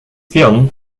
film